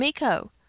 Miko